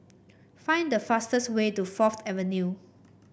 find the fastest way to Fourth Avenue